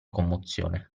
commozione